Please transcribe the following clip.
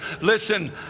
Listen